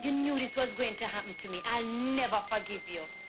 you knew this was going to happen to me. i'll never forgive you!